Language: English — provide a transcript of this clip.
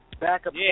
Backup